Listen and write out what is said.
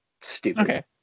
Stupid